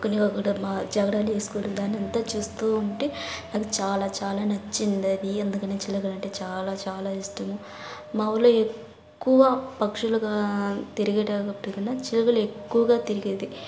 కొన్ని జగడ లీవ్స్ దాన్ని ఇంకా చూస్తు ఉంటే అది చాలా చాలా నచ్చింది అది అందుకని చిలుకలంటే చాలా చాలా ఇష్టం మా ఊర్లో ఎక్కువగా పక్షులుగా తిరిగేటివి చిలుకలు ఎక్కువగా తిరిగేది